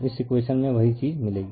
इस इकवेशन में वही चीज़ मिलेगी